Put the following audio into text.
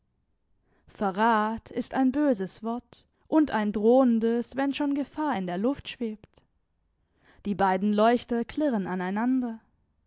verrat ist ein böses wort und ein drohendes wenn schon gefahr in der luft schwebt die beiden leuchter klirren aneinander